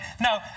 no